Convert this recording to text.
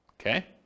Okay